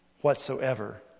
whatsoever